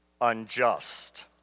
unjust